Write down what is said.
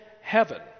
heaven